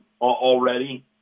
already